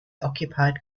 occupied